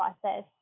process